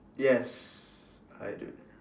yes I do